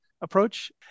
approach